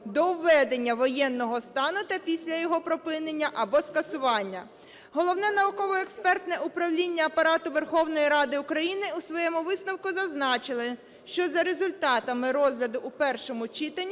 до введення воєнного стану та після його припинення або скасування. Головне науково-експертне управління Апарату Верховної Ради України у своєму висновку зазначило, що за результатами розгляду в першому читанні